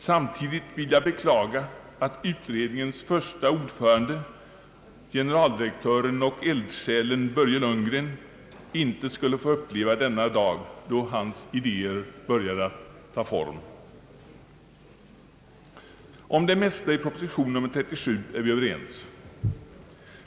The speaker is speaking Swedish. Samtidigt vill jag beklaga att utredningens första ordförande generaldirektören och eldsjälen Börje Lundgren inte skulle få uppleva denna dag, då hans idéer börjar ta form. Om det mesta i proposition nr 37 är vi överens.